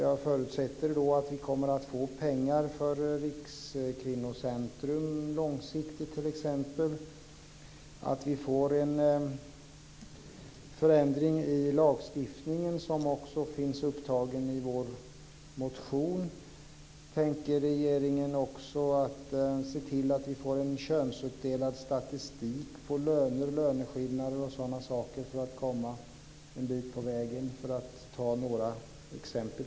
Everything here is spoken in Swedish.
Jag förutsätter att vi kommer att få pengar för Rikskvinnocentrum långsiktigt, att vi får en förändring i lagstiftningen, något som också finns upptaget i vår motion. Tänker regeringen att se till att vi får en könsuppdelad statistik på löner och löneskillnader för att komma en bit på vägen, för att nu ta några exempel?